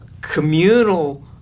communal